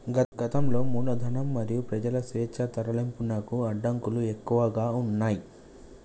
గతంలో మూలధనం మరియు ప్రజల స్వేచ్ఛా తరలింపునకు అడ్డంకులు ఎక్కువగా ఉన్నయ్